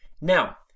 Now